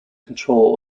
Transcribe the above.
control